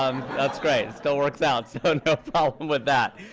um that's great. it still works out, so no problem with that.